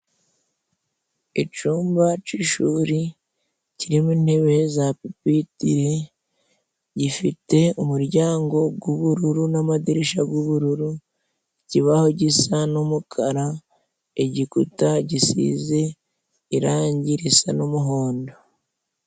Icumba c'ishuri kirimo intebe za pipitiri gifite umuryango g'ubururu n'amadirisha g'ubururu, ikibaho gisa n'umukara, igikuta gisize irangi risa n'umuhondo.